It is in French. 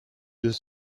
deux